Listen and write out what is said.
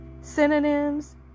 synonyms